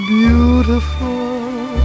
beautiful